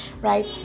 right